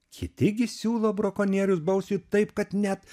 kiti gi siūlo brakonierius bausti taip kad net